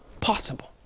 possible